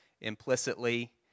implicitly